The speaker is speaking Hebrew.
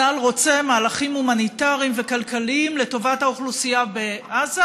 צה"ל רוצה מהלכים הומניטריים וכלכליים לטובת האוכלוסייה בעזה,